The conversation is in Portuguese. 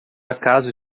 acaso